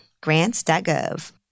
Grants.gov